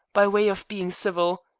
by way of being civil.